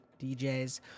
djs